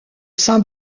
saint